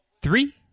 three